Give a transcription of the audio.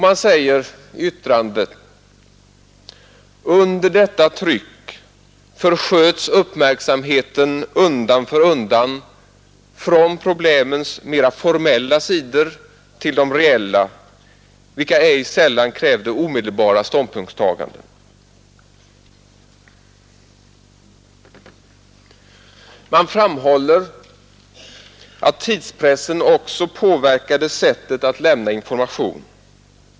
Man säger i yttrandet: ”Under detta tryck försköts uppmärksamheten undan för undan från problemens mer formella aspekter till de reella vilka ej sällan krävde omedelbara ståndpunktstaganden.” Man framhåller att tidspressen också påverkade sättet att lämna information.